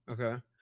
Okay